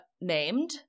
named